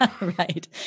Right